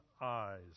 eyes